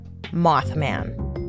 Mothman